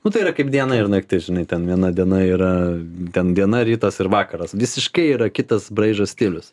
nu tai yra kaip diena ir naktis žinai ten viena diena yra ten diena rytas ir vakaras visiškai yra kitas braižas stilius